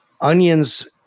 onions